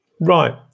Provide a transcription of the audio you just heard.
Right